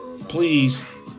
Please